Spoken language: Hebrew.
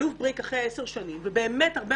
האלוף בריק אחרי 10 שנים וביקורים